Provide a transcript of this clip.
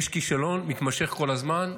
יש כישלון מתמשך כל הזמן.